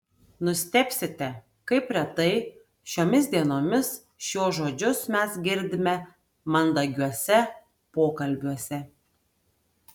nustebsite kaip retai šiomis dienomis šiuos žodžius mes girdime mandagiuose pokalbiuose